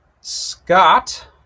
Scott